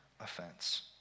offense